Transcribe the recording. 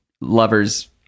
lover's